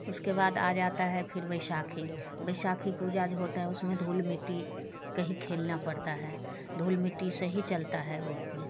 उसके बाद आ जाता है फिर बसाखी बैसाखी पूजा जो होती है उसमें धूल मिट्टी कहीं खेलना पड़ता है धूल मिट्टी से ही चलता है उसमें